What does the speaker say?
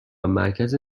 مرکز